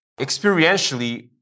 experientially